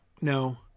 no